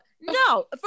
No